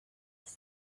this